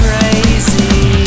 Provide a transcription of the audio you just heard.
Crazy